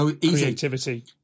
creativity